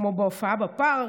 כמו בהופעה בפארק,